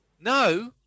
No